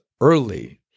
early